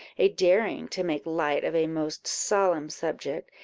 a daring to make light of a most solemn subject,